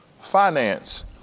finance